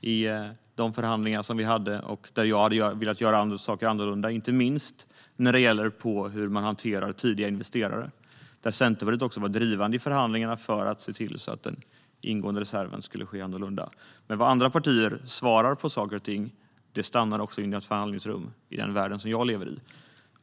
i de förhandlingar vi hade och där jag hade velat göra saker annorlunda, inte minst när det gäller hur man hanterar tidigare investerare. Centerpartiet var drivande i förhandlingarna för att den ingående reserven skulle bli annorlunda. Vad andra partier svarar på saker och ting stannar också i förhandlingsrummet - i den värld jag lever i.